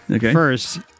First